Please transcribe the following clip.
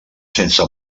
sense